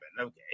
Okay